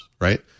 right